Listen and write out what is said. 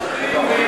גפני,